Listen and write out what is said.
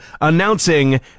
announcing